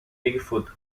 bigfoot